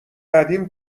قدیم